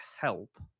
help